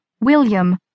William